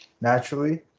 naturally